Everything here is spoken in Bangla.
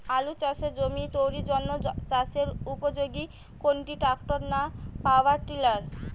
আলু চাষের জমি তৈরির জন্য চাষের উপযোগী কোনটি ট্রাক্টর না পাওয়ার টিলার?